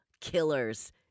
killers